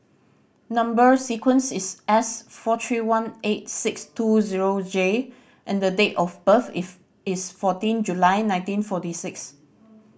number sequence is S four three one eight six two zero J and the date of birth is is fourteen July nineteen forty six